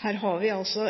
Her har vi altså